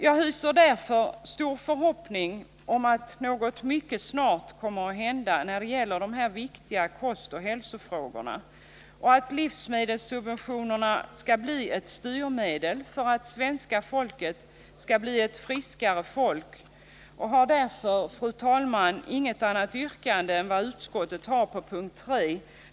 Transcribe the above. Jag hyser därför förhoppning om att något mycket snart kommer att hända när det gäller dessa viktiga kostoch hälsofrågor och att livsmedelssubventionerna blir ett styrmedel för att svenska folket skall bli ett friskare folk och har därför, fru talman, inget annat yrkande än utskottet på punkt 3.